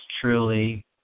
truly